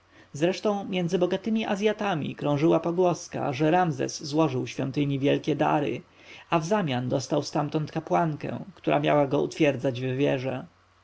zresztą między bogatymi azjatami krążyły pogłoski że ramzes złożył świątyni wielkie dary a wzamian dostał stamtąd kapłankę która miała go utwierdzać w wierze